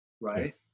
right